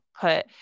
put